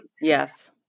Yes